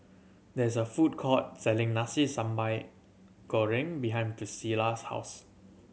there is a food court selling Nasi Sambal Goreng behind Pricilla's house